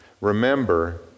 Remember